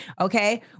Okay